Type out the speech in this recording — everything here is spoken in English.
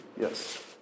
Yes